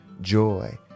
joy